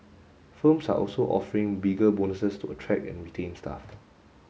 firms are also offering bigger bonuses to attract and retain staff